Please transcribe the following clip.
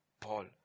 Paul